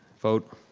vote.